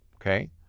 okay